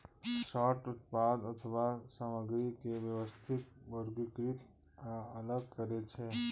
sorter उत्पाद अथवा सामग्री के व्यवस्थित, वर्गीकृत आ अलग करै छै